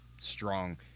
strong